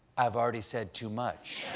i've already said too much.